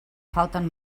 falten